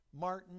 Martin